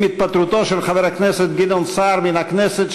עם התפטרותו של חבר הכנסת גדעון סער מן הכנסת,